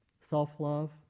self-love